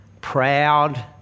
proud